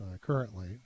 currently